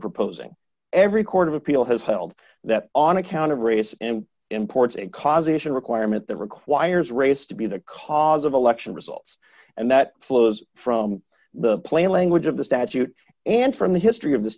are proposing every court of appeal has held that on account of race and imports it causes a requirement that requires race to be the cause of election results and that flows from the plain language of the statute and from the history of the